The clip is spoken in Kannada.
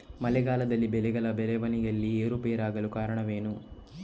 ಮಳೆಗಾಲದಲ್ಲಿ ಬೆಳೆಗಳ ಬೆಳವಣಿಗೆಯಲ್ಲಿ ಏರುಪೇರಾಗಲು ಕಾರಣವೇನು?